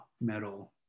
metal